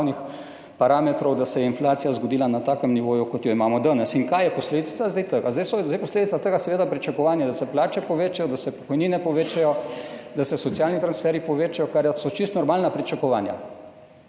glavnih parametrov, da se je inflacija zgodila na takem nivoju, kot ga imamo danes. In kaj je zdaj posledica tega? Zdaj je posledica tega seveda pričakovanje, da se plače povečajo, da se pokojnine povečajo, da se socialni transferji povečajo, kar so čisto normalna pričakovanja.